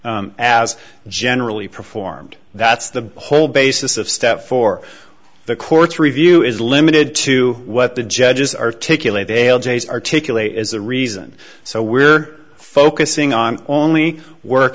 as generally performed that's the whole basis of step four the court's review is limited to what the judges articulate dale j's articulate as the reason so we're focusing on only work